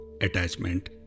attachment